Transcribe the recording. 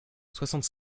soixante